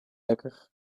lekker